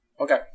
Okay